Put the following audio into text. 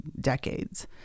decades